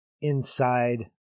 inside